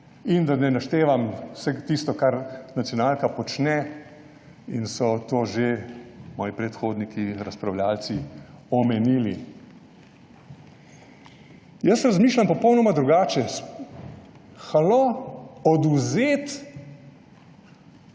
In da ne naštevam vsega tistega, kar nacionalka počne, in so to že moji predhodniki razpravljavci omenili. Jaz razmišljam popolnoma drugače. Halo, odvzeti,